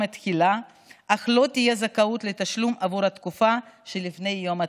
התחילה אך לא תהיה זכאות לתשלום עבור התקופה שלפני יום התחילה.